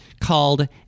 called